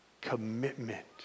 commitment